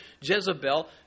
Jezebel